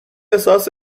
احساس